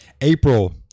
April